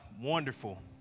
wonderful